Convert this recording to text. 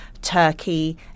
Turkey